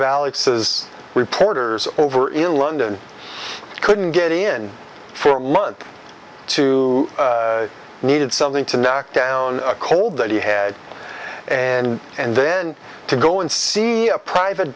alex's reporters over in london couldn't get in for months to needed something to knock down a cold that he had and and then to go and see a private